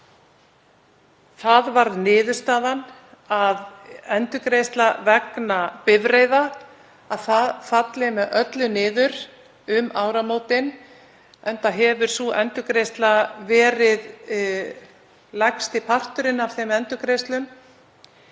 Það varð niðurstaðan að endurgreiðsla vegna bifreiða falli með öllu niður um áramótin, enda hefur sú endurgreiðsla verið lægsti parturinn af þeim endurgreiðslum.